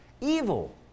evil